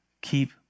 keep